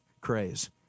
craze